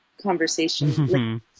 conversation